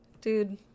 dude